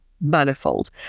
manifold